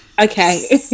okay